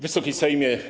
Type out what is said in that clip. Wysoki Sejmie!